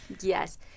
Yes